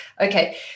Okay